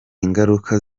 ngaruka